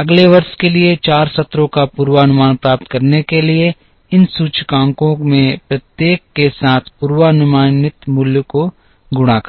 अगले वर्ष के लिए 4 सत्रों का पूर्वानुमान प्राप्त करने के लिए इन सूचकांकों में से प्रत्येक के साथ पूर्वानुमानित मूल्य को गुणा करें